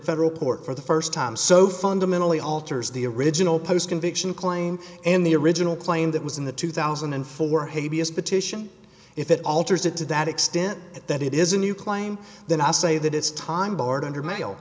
federal court for the st time so fundamentally alters the original post conviction claim and the original claim that was in the two thousand and four haiti is petition if it alters it to that extent that it is a new claim then i say that it's time board under mail